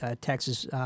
Texas—